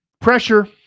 Pressure